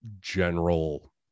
general